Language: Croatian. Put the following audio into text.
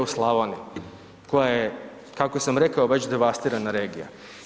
U Slavoniji, koja je kako sam rekao već devastirana regija.